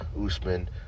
Usman